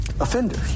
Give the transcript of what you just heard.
offenders